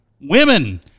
women